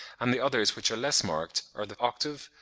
and the others which are less marked are the octave,